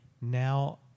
now